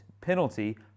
penalty